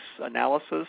analysis